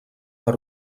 per